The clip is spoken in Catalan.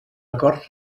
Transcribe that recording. acords